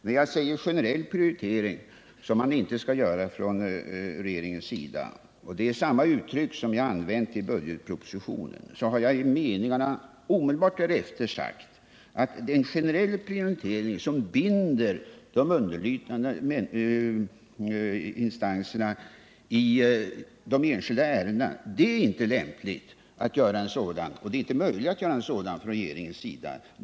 När jag här har använt uttrycket generell prioritering, har det haft samma innebörd som när jag använt det i budgetpropositionen, där jag i meningarna omedelbart därefter sagt att en generell prioritering som binder de underlydande instanserna i de enskilda ärendena inte är lämplig att göra — och inte heller möjlig att göra — från regeringens sida.